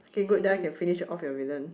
kay good then I can finish off your villain